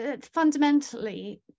fundamentally